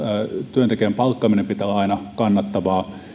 työntekijän palkkaamisen pitää olla aina kannattavaa